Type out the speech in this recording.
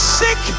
sick